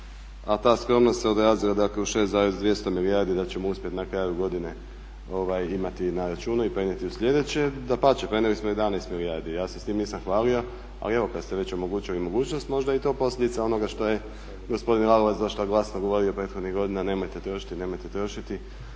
a ta skromnost se odrazila dakle u 6 200 milijardi da ćemo uspjeti na kraju godine imati na računu i prenijeti u sljedeće. Dapače, prenijeli smo 11 milijardi. Ja se s tim nisam hvalio ali evo kad ste već omogućili mogućnost možda je i to posljedica onoga što je gospodin Lalovac glasno govorio prethodnih godina nemojte trošiti, nemojte trošiti